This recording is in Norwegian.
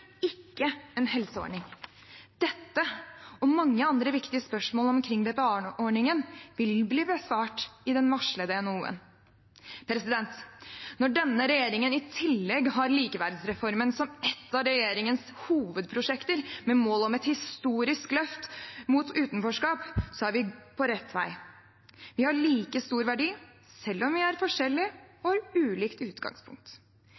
ikke en helseordning. Dette og mange andre viktige spørsmål omkring BPA-ordningen vil bli besvart i den varslede NOU-en. Når denne regjeringen i tillegg har likeverdsreformen som et av regjeringens hovedprosjekter, med mål om et historisk løft mot utenforskap, så er vi på rett vei. Vi har like stor verdi selv om vi er forskjellige og har ulikt utgangspunkt.